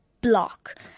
block